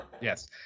Yes